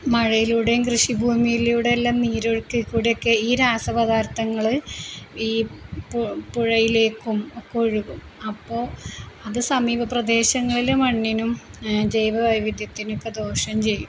മഴയിലൂടെയും കൃഷി ഭൂമിയിലൂടെയെല്ലാം നീരൊഴുക്കില്ക്കൂടെയൊക്കെ ഈ രാസപദാർത്ഥങ്ങള് ഈ പുഴയിലേക്കും ഒക്കെ ഒഴുകും അപ്പോള് അതു സമീപ പ്രദേശങ്ങളിലെ മണ്ണിനും ജൈവ വൈവിധ്യത്തിനൊക്കെ ദോഷം ചെയ്യും